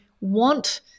want